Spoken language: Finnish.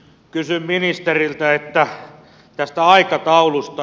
kysyn ministeriltä tästä aikataulusta